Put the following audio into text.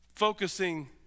Focusing